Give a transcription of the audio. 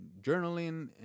journaling